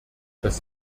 das